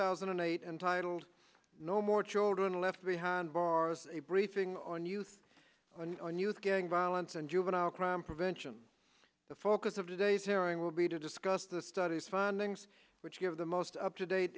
thousand and eight entitled no more children left behind bars a briefing on youth and youth gang violence and juvenile crime prevention the focus of today's hearing will be to discuss the study's findings which give the most up to date